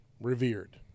Revered